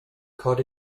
cod